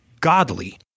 godly